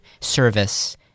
service